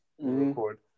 Record